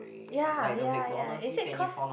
ya ya ya is it cause